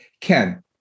Ken